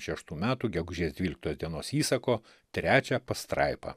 šeštų metų gegužės dvyliktos dienos įsako trečią pastraipą